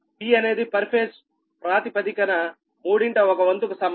P అనేది per phase ప్రాతిపదికన మూడింట ఒక వంతుకు సమానం